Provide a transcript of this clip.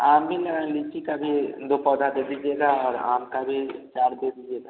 आम ही ना लीची का भी दो पौधा दे दीजिएगा और आम का भी चार दे दीजिएगा